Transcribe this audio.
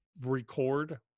record